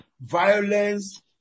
violence